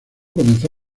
comenzó